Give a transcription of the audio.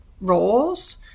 roles